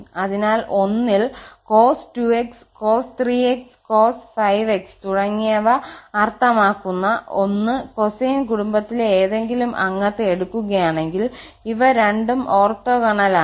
അതിനാൽ 1 ൽ cos 2𝑥 cos 3𝑥 cos 5𝑥 തുടങ്ങിയവ അർത്ഥമാക്കുന്ന 1 കൊസൈൻ കുടുംബത്തിലെ ഏതെങ്കിലും അംഗത്തെ എടുക്കുകയാണെങ്കിൽ ഇവ രണ്ടും ഓർത്തോഗണലാണ്